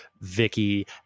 Vicky